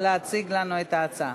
להציג לנו את ההצעה.